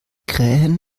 krähen